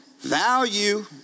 value